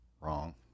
Wrong